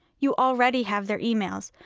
you already have their emails,